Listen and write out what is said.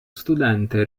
studente